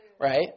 Right